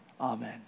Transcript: Amen